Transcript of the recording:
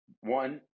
One